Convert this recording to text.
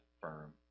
firm